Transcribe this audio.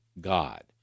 God